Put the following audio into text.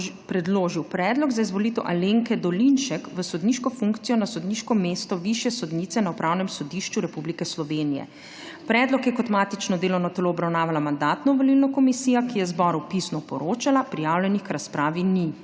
predložil predlog za izvolitev Alenke Dolinšek v sodniško funkcijo na sodniško mesto višje sodnice na Upravnem sodišču Republike Slovenije. Predlog je kot matično delovno telo obravnavala Mandatno-volilna komisija, ki je zboru pisno poročala. Prijavljenih k razpravi ni.